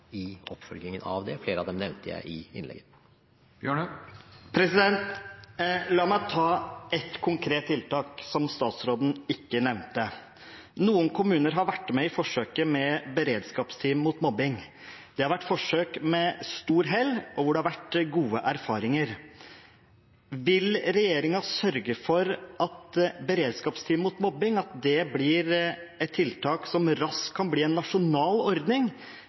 i oppfølgingen av det, og flere av dem nevnte jeg i innlegget. La meg ta et konkret tiltak som statsråden ikke nevnte. Noen kommuner har vært med i forsøket med beredskapsteam mot mobbing. Det har vært forsøk med stort hell og hvor det har vært gode erfaringer. Vil regjeringen sørge for at beredskapsteam mot mobbing blir et tiltak som raskt kan bli en nasjonal ordning